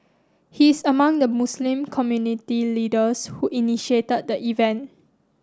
he is among the Muslim community leaders who initiated the event